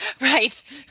Right